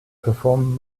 perform